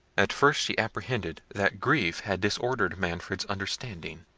at first she apprehended that grief had disordered manfred's understanding.